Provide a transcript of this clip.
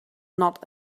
not